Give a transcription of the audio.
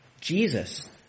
Jesus